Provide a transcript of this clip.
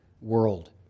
world